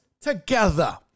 together